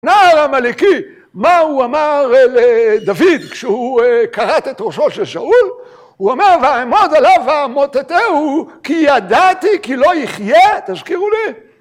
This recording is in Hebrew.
‫נער עמלקי, מה הוא אמר לדוד ‫כשהוא כרת את ראשו של שאול? ‫הוא אמר, ואעמוד עליו ואמוטטהו, ‫כי ידעתי כי לא יחיה, תזכירו לי.